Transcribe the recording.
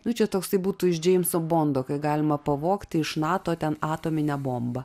nu čia toks tai būtų iš džeimso bondo kai galima pavogti iš nato ten atominę bombą